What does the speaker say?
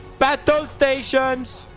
battle stations,